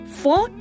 four